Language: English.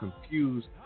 confused